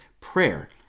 prayer